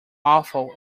awful